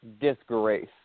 disgrace